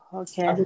okay